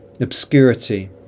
obscurity